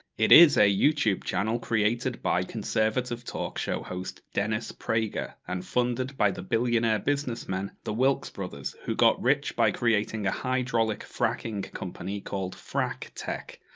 it is a youtube channel, created by conservative talk-show host dennis prager, and funded by the billionaire businessmen, the wilks brothers who got rich by creating a hydraulic fracking company, called frac tech.